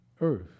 earth